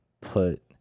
put